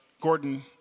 Gordon